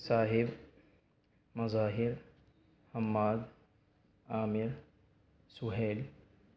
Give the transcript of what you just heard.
Sahib Mazahir Hammad Aamir Sohail